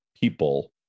People